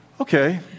Okay